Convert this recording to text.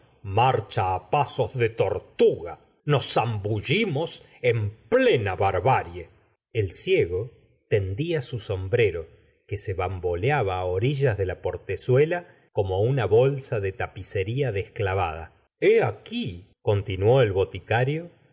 marcha á pasos de tortuga nos zambullimos en plena barbarie el ciego tendía su sombrero que se bamboleaba á orillas de la portezuela como una bolsa de tapicería desclavada hé aquí continuó el